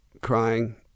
crying